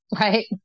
right